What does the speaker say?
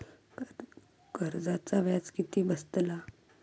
कर्जाचा व्याज किती बसतला?